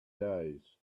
days